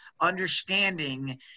understanding